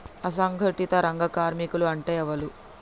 అసంఘటిత రంగ కార్మికులు అంటే ఎవలూ?